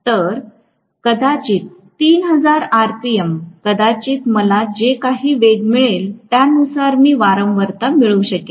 तर कदाचित 3000 आरपीएम कदाचित मला जे काही वेग मिळेल त्यानुसार मी वारंवारता मिळवू शकेन